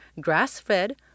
grass-fed